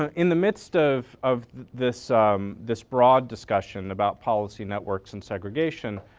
um in the midst of of this um this broad discussion about policy networks and segregation,